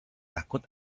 takut